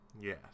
Yes